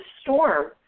storm